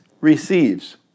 receives